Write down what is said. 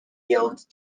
yield